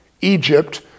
Egypt